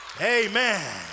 Amen